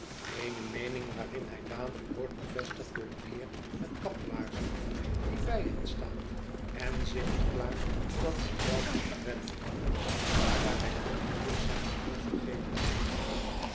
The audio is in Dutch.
eene meening waarin hij dadelijk wordt bevestigd door een heer met kaplaarzen die bij hen staat en zich beklaagt dat hij zelfniet wedden kan daar hij bij ongeluk zijne beurs vergeten heeft